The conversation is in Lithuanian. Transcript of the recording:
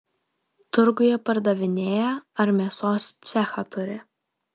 turguje pardavinėja ar mėsos cechą turi